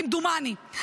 כמדומני.